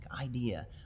idea